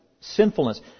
Sinfulness